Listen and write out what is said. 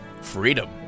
freedom